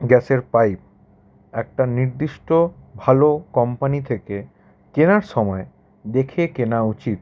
গ্যাসের পাইপ একটা নির্দিষ্ট ভালো কোম্পানি থেকে কেনার সময় দেখে কেনা উচিত